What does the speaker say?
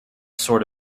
sort